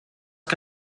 que